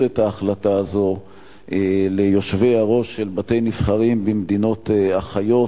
את ההחלטה הזאת ליושבי-ראש של בתי-נבחרים במדינות אחיות